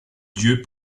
dieu